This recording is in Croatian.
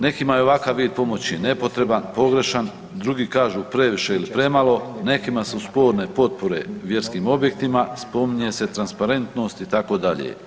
Nekima je ovakav vid pomoći nepotreban, pogrešan, drugi kažu previše ili premalo, nekima su sporne potpore vjerskim objektima, spominje se transparentnost itd.